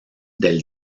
del